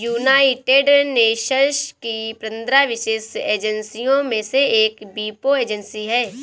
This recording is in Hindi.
यूनाइटेड नेशंस की पंद्रह विशेष एजेंसियों में से एक वीपो एजेंसी है